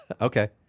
Okay